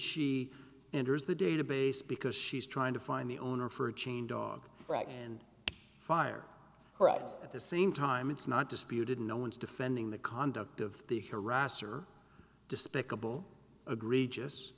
she enters the database because she's trying to find the owner for a chain dog and fire her up at the same time it's not disputed no one's defending the conduct of the harasser despicable agree just